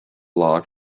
log